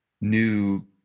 new